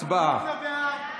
הצבעה.